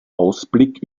ausblick